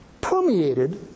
permeated